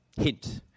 hint